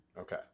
Okay